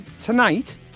tonight